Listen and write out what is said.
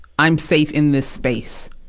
i'm safe in this space.